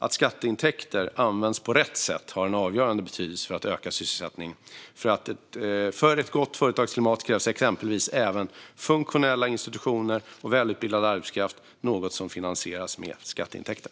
Att skatteintäkter används på rätt sätt har en avgörande betydelse för att öka sysselsättningen. För ett gott företagsklimat krävs exempelvis även funktionella institutioner och välutbildad arbetskraft, något som finansieras med skatteintäkter.